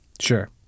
sure